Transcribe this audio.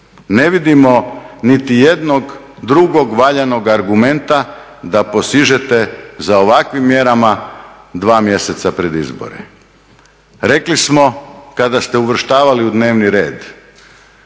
Ne vidimo niti jednog drugog valjanog argumenta da posežete za ovakvim mjerama dva mjeseca pred izbore. Rekli smo kada ste uvrštavali u dnevni red.